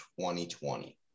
2020